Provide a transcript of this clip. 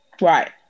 Right